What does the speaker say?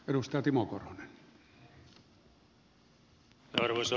arvoisa puhemies